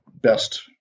best